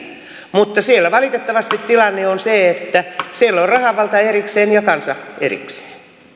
mutta siellä valitettavasti tilanne on se että siellä on rahavalta erikseen ja kansa erikseen